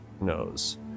knows